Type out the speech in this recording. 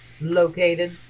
located